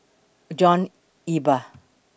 John Eber